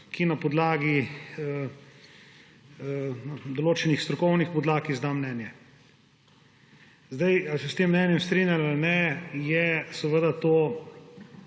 ki na podlagi določenih strokovnih podlag izda mnenje. Ali se s tem mnenje strinjam ali ne, je seveda to